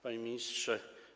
Panie Ministrze!